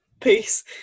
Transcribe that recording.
Peace